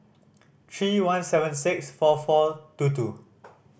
three one seven six four four two two